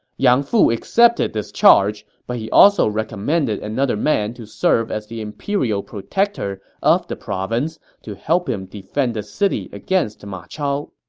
yang fu accepted this charge, but he also recommended another man to serve as the imperial protector of the province to help him defend the city against ma chao.